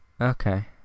Okay